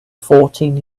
fourteen